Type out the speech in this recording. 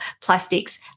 plastics